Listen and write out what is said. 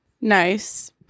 nice